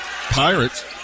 Pirates